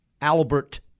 Albert